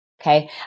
Okay